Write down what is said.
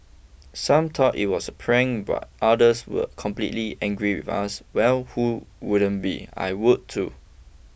some thought it was a prank while others were completed angry with us well who wouldn't be I would too